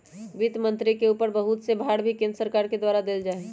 वित्त मन्त्री के ऊपर बहुत से भार भी केन्द्र सरकार के द्वारा देल जा हई